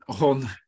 on